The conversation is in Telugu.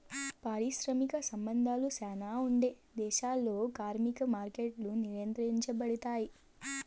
పారిశ్రామిక సంబంధాలు శ్యానా ఉండే దేశాల్లో కార్మిక మార్కెట్లు నియంత్రించబడుతాయి